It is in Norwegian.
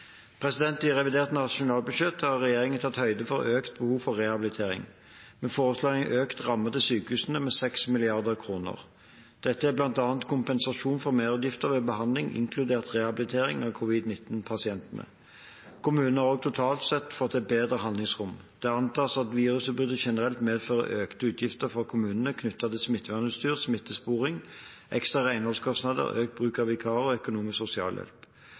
I revidert nasjonalbudsjett har regjeringen tatt høyde for økt behov for rehabilitering. Vi foreslår å øke rammen til sykehusene med 6 mrd. kr. Dette er bl.a. kompensasjon for merutgifter ved behandling inkludert rehabilitering av covid-19-pasientene. Kommunene har også totalt sett fått et bedre handlingsrom. Det antas at virusutbruddet generelt medfører økte utgifter for kommunene knyttet til smittevernutstyr, smittesporing, ekstra renholdskostnader, økt bruk av vikarer og økonomisk sosialhjelp.